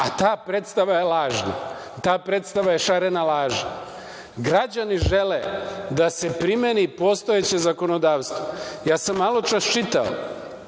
a ta predstava je lažna. Ta predstava je šarena laža. Građani žele da se primeni postojeće zakonodavstvo. Maločas sam čitao